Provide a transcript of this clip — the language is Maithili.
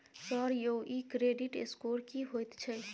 सर यौ इ क्रेडिट स्कोर की होयत छै?